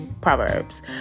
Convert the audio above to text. Proverbs